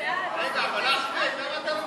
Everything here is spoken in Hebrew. (תיקון מס' 172)